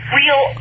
real